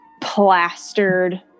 plastered